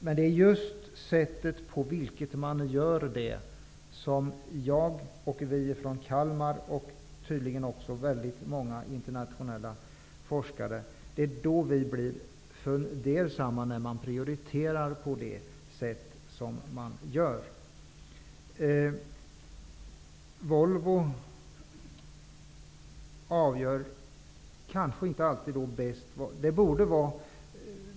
Men det är just sättet på vilket detta sker -- jag tänker då på prioriteringarna -- som gör att vi i Kalmar, och tydligen också väldigt många forskare internationellt, blir fundersamma.